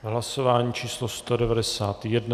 Hlasování číslo 191.